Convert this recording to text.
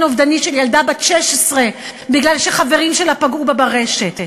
אובדני של ילדה בת 16 מפני שחברים שלה פגעו בה ברשת.